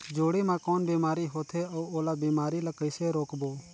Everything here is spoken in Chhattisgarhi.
जोणी मा कौन बीमारी होथे अउ ओला बीमारी ला कइसे रोकबो?